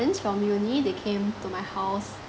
friends from uni they came to my house